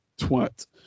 twat